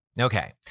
Okay